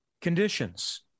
conditions